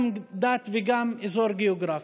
דת וגם אזור גיאוגרפי.